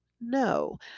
no